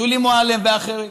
שולי מועלם ואחרים: